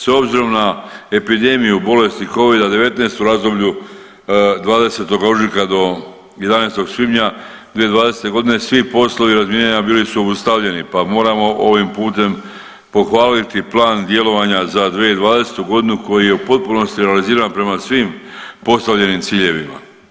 S obzirom na epidemiju bolesti covida-19 u razdoblju 20. ožujka do 11. svibnja 2020. godine svi poslovi razminiranja bili su obustavljeni, pa moramo ovim putem pohvaliti plan djelovanja za 2020. godinu koji je u potpunosti realiziran prema svim postavljenim ciljevima.